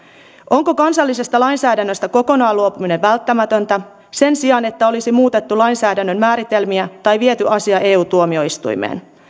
onko kansallisesta lainsäädännöstä kokonaan luopuminen välttämätöntä sen sijaan että olisi muutettu lainsäädännön määritelmiä tai viety asia eu tuomioistuimeen